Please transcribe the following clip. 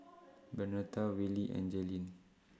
Bernetta Wiley and Jailyn